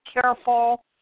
careful